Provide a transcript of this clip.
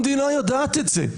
המדינה יודעת את זה.